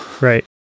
Right